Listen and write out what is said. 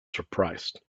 surprised